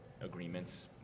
agreements